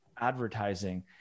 advertising